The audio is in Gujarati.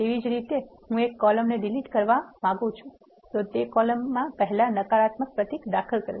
તેવી જ રીતે હું એક કોલમ ને ડિલીટ કરી નાખવા માંગું છું તો તે કોલમ પહેલાં નકારાત્મક પ્રતીક દાખલ કરવું